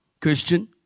Christian